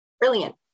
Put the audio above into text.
brilliant